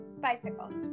bicycles